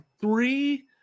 three